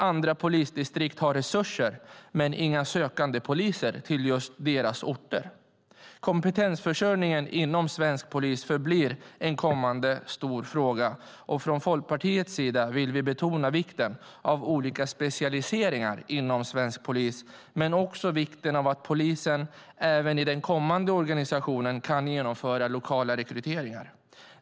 Andra polisdistrikt har resurser men inga sökande poliser till just deras orter. Kompetensförsörjningen inom svensk polis förblir en kommande stor fråga, och från Folkpartiets sida vill vi betona vikten av olika specialiseringar inom svensk polis men också vikten av att polisen även i den kommande organisationen kan genomföra lokala rekryteringar.